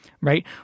right